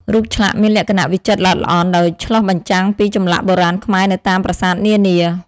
រូបឆ្លាក់មានលក្ខណៈវិចិត្រល្អិតល្អន់ ដោយឆ្លុះបញ្ចាំងពីចម្លាក់បុរាណខ្មែរនៅតាមប្រាសាទនានា ។